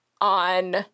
on